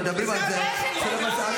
--- איזה טייקונים?